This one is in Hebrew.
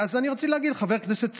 רציתי להגיד לחבר הכנסת סעדי: